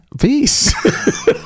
Peace